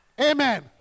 Amen